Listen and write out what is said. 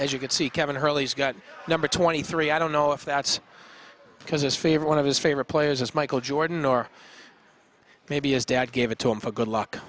as you can see kevin hurley's got number twenty three i don't know if that's because his favorite one of his favorite players is michael jordan or maybe his dad gave it to him for good luck